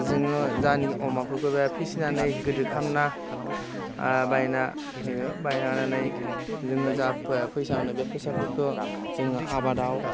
जोङो जायनोखि अमाफोरखौ फिसिनानै गिदिर खालामना बायना होयो बायनानै जोङो जा फैसा मोनो बे फैसाफोरखौ जोङो आबादाव